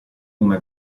una